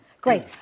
Great